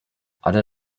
alle